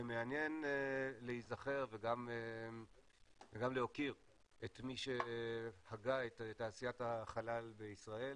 זה מעניין להיזכר וגם להוקיר את מי שהגה את תעשיית החלל בישראל,